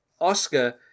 Oscar